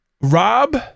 Rob